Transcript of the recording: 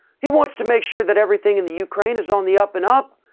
he wants to make sure that everything in the ukraine is on the up and up.